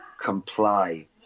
comply